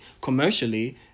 commercially